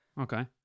Okay